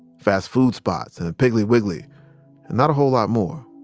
fast-food spots, and a piggly wiggly, and not a whole lot more.